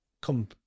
come